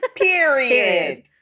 period